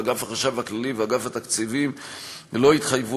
ואגף החשב הכללי ואגף התקציבים לא יתחייבו